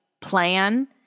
plan